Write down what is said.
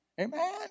Amen